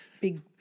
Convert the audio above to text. big